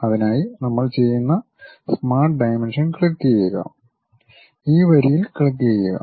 അതിനായി നമ്മൾ ചെയ്യുന്നത് സ്മാർട്ട് ഡയമെൻഷൻ ക്ലിക്കുചെയ്യുക ഈ വരിയിൽ ക്ലിക്കുചെയ്യുക